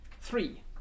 Three